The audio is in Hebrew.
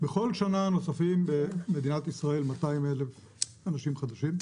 בכל שנה נוספים במדינת ישראל 200,000 אנשים חדשים,